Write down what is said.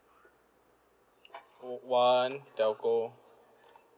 call one telco